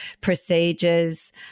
procedures